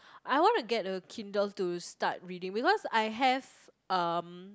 I want to get a Kindle's to start reading because I have um